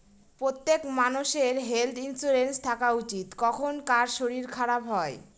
প্রত্যেক মানষের health insurance থাকা উচিত, কখন কার শরীর খারাপ হয়